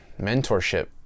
mentorship